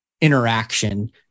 interaction